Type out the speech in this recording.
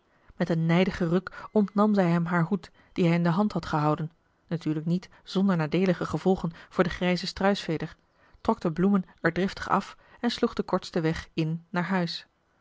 met een nijdigen ruk ontnam zij hem haar hoed dien hij in de hand had gehouden natuurlijk niet zonder nadeelige gevolgen voor de grijze struisveder trok de bloemen er driftig af en sloeg den kortsten weg in naar huis